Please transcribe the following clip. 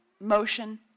motion